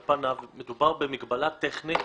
על פניו מדובר במגבלה טכנית